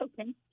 Okay